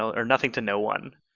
or nothing to no one.